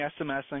SMSing